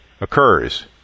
occurs